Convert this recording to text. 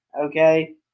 Okay